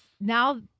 now